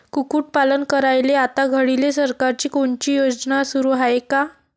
कुक्कुटपालन करायले आता घडीले सरकारची कोनची योजना सुरू हाये का?